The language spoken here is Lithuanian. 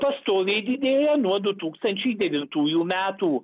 pastoviai didėja nuo du tūkstančiai devintųjų metų